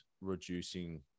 reducing